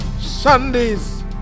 Sunday's